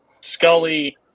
Scully